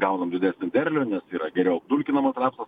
gaunam didesnį derlių nes yra geriau apdulkinamas rapsas